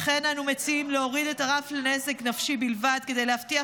לכן אנו מציעים להוריד את הרף לנזק נפשי בלבד כדי להבטיח